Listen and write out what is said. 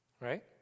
Right